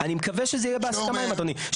אני מקווה שזה יהיה בהסכמה עם אדוני,